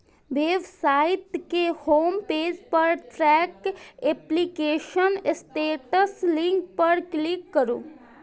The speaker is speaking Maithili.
वेबसाइट के होम पेज पर ट्रैक एप्लीकेशन स्टेटस लिंक पर क्लिक करू